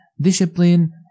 discipline